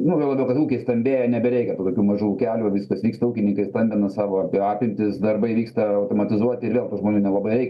nu juo labiau kad ūkiai stambėja nebereikia tų tokių mažų ūkelių viskas vyksta ūkininkai stambina savo apimtis darbai vyksta automatizuoti ir vėl tų žmonių nelabai reikia